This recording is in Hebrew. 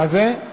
מה זה?